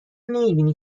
نمیبینی